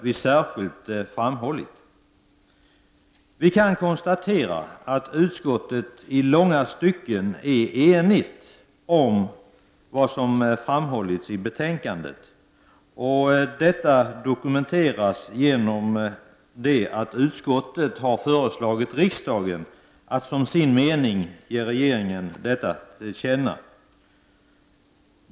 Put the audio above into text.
Vi kan konstatera att utskottet i långa stycken är enigt om vad som framhålls i betänkandet och vill att riksdagen som sin mening skall ge regeringen detta till känna.